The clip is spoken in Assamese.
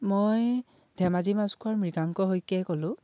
মই ধেমাজি মাছখোৱাৰ মৃগাংক শইকীয়াই ক'লোঁ